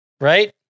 Right